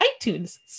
iTunes